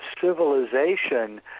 civilization